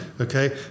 Okay